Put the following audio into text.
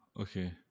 Okay